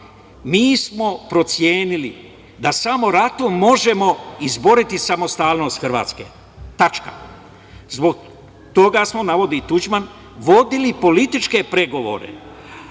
mi smo procenili da samo ratom možemo izboriti samostalnost Hrvatske. Zbog toga smo, navodi Tuđman, vodili političke pregovore,